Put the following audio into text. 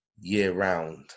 year-round